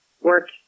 work